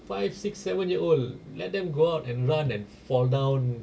five six seven year old let them go out and run and fall down